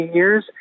years